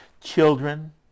children